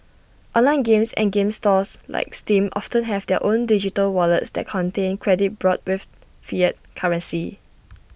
online games and game stores like steam often have their own digital wallets that contain credit bought with fiat currency